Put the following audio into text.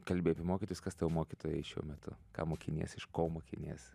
kalbi apie mokytojus kas tau mokytojai šiuo metu ką mokinys iš ko mokinys